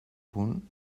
punt